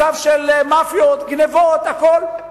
מצב של מאפיות, גנבות, הכול.